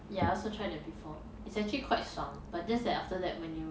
ya I also tried that before it's actually quite 爽 but just then after that when you